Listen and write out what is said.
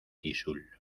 tixul